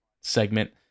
segment